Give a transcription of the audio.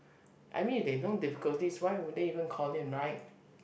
I mean if they don't difficulties why would they even call in a night